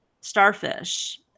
starfish